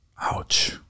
Ouch